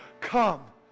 come